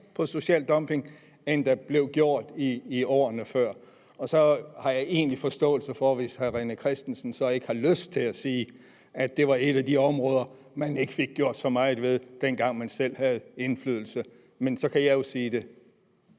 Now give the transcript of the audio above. mod social dumping, end der blev gjort i årene før. Og så har jeg egentlig forståelse for, hvis hr. René Christensen ikke har lyst til at sige, at det var et af de områder, man ikke fik gjort så meget ved, dengang man selv havde indflydelse. Men så kan jeg jo sige det.